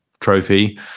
trophy